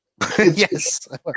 Yes